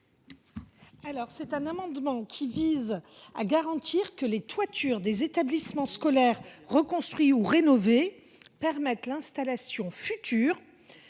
Guhl. Cet amendement vise à garantir que les toitures des établissements scolaires reconstruits ou rénovés permettent l’installation future